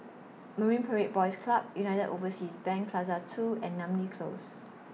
Marine Parade Boys Club United Overseas Bank Plaza two and Namly Close